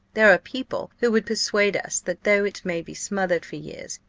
there are people who would persuade us that, though it may be smothered for years,